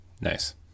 Nice